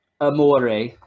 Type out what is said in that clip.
Amore